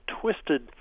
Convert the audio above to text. twisted